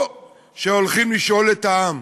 או שהולכים לשאול את העם.